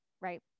right